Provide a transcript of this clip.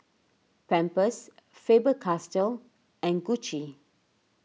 Pampers Faber Castell and Gucci